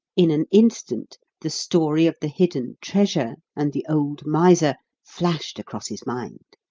in an instant the story of the hidden treasure and the old miser flashed across his mind.